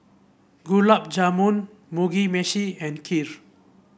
Gulab Jamun Mugi Meshi and Kheer